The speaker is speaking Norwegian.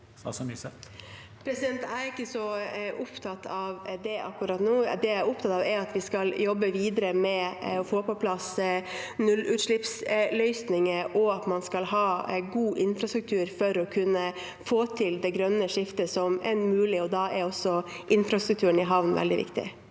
Jeg er ikke så opptatt av det akkurat nå. Det jeg er opptatt av, er at vi skal jobbe videre med å få på plass nullutslippsløsninger, og at vi skal ha god infrastruktur for å få til det grønne skiftet, som er mulig. Da er infrastrukturen i havnene veldig viktig.